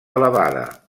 elevada